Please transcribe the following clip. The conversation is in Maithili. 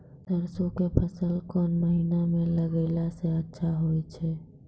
सरसों के फसल कोन महिना म लगैला सऽ अच्छा होय छै?